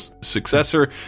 successor